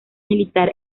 militar